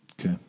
Okay